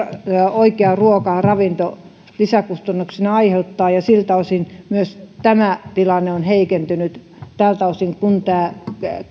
oikea ruoka ravinto lisäkustannuksina aiheuttaa myös siltä osin tämä tilanne on heikentynyt kun